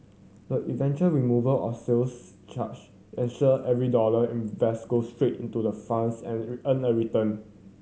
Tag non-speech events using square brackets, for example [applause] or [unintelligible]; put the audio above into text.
the eventual removal of sales charge ensure every dollar invested go straight into the funds and [unintelligible] earn a return